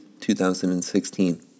2016